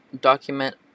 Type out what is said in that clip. document